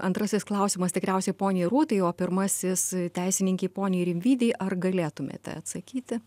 antrasis klausimas tikriausiai poniai rūtai o pirmasis teisininkei poniai rimvydei ar galėtumėte atsakyti